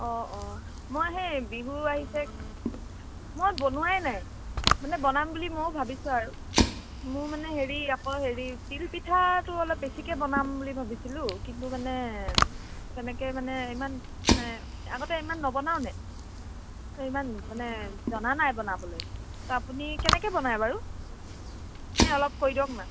অঁ অঁ মই সেই বিহু আহিছে মই বনোৱাই নাই মানে বনাম বুলি ময়ো ভাবিছোঁ আৰু মোৰ মানে হেৰি আকৌ হেৰি তিল পিঠাটো অলপ বেছিকৈ বনাম বুলি ভাবিছিলোঁ কিন্তু মানে তেনেকৈ মানে ইমান মানে আগতে ইমান নবনাওঁ নে ইমান মানে জনা নাই বনাবলৈ ত' আপুনি কেনেকৈ বনায় বাৰু এনেই অলপ কৈ দিয়কনা